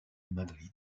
madrid